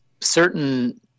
certain